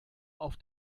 auf